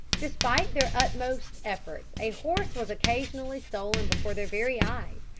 despite their utmost efforts a horse was occasionally stolen before their very eyes,